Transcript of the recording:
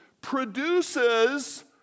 produces